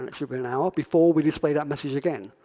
um actually be an hour before we display that message again?